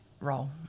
role